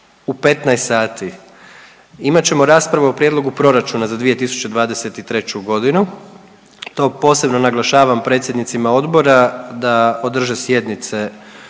u 15,00 sati imat ćemo raspravu o Prijedlogu Proračuna za 2023. godinu. To posebno naglašavam predsjednicima odbora da održe sjednice